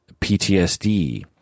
PTSD